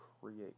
create